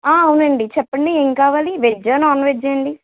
అవునండి చెప్పండి ఏం కావాలి వెజ్జా నాన్ వెజ్జా అండి